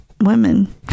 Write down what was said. women